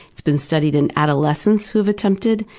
it's been studied in adolescents who have attempted,